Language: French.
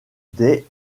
des